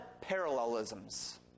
parallelisms